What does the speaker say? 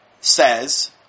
says